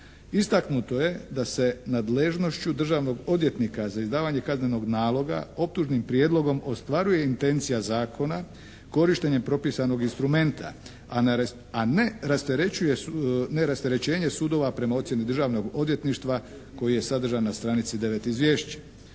Istaknuto je da se nadležnošću državnog odvjetnika za izdavanje kaznenog naloga optužnim prijedlogom ostvaruje intencija zakona korištenjem propisanom instrumenta, a ne rasterećenje sudova prema ocjeni Državnog odvjetništva koji je sadržan na stranici devet izvješća.